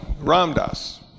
Ramdas